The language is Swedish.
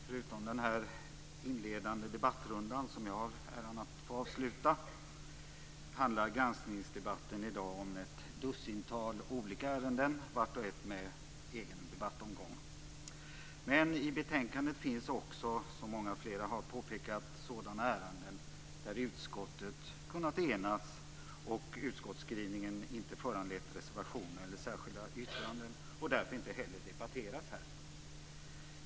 Fru talman! Förutom den inledande debattomgången, som jag har äran att få avsluta, handlar granskningsdebatten i dag om ett dussintal olika ärenden, vart och ett med egen debattomgång. Men i betänkandet finns också, som flera har påpekat, sådana ärenden där utskottet kunnat enas och utskottsskrivningen inte föranlett reservationer eller särskilda yttranden och som därför inte heller debatteras här.